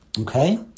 Okay